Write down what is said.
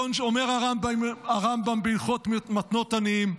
אומר הרמב"ם בהלכות מתנות עניים: